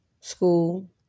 school